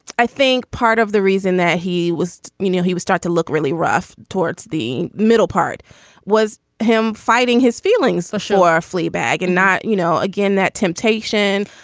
i think part of the reason that he was, you know, he was start to look really rough towards the middle part was him fighting his feelings for sure, fleabag and not, you know, again, that temptation,